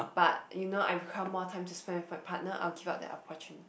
but you know I become more time to spend with my partner I will give up that opportunity